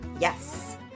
Yes